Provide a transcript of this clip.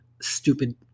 stupid